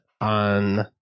on